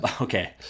Okay